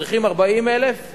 צריכים 40,000,